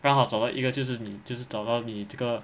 刚好找到一个就是你就是找到你这个